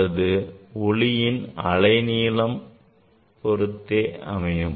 என்பது ஒளியின் அலைநீளம் பொருத்தே அமையும்